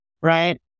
right